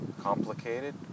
complicated